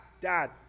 dad